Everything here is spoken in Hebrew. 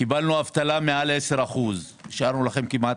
קיבלנו אבטלה מעל 10%. השארנו לכם כמעט